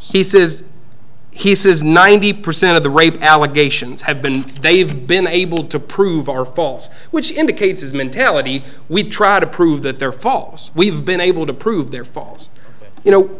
he says he says ninety percent of the rape allegations have been they've been able to prove our faults which indicates his mentality we try to prove that they're false we've been able to prove their faults you know